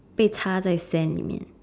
被扎在 sand 里面